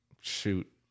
shoot